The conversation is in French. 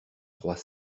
trois